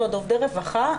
ועוד עובדי רווחה,